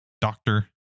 doctor